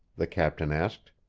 the captain asked.